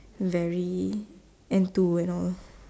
very enthuse and all